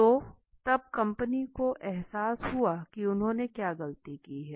तो तब कंपनी को एहसास हुआ कि उन्होंने क्या गलती की है